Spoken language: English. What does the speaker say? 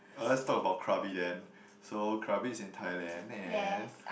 uh let's talk about Krabi then so Krabi is in Thailand and